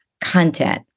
Content